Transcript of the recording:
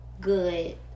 good